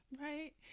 Right